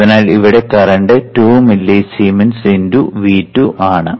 അതിനാൽ ഇവിടെ current 2 millisiemens × V2 ആണ്